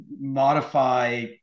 modify